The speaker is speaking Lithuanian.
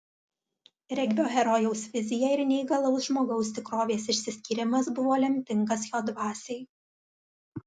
regbio herojaus vizija ir neįgalaus žmogaus tikrovės išsiskyrimas buvo lemtingas jo dvasiai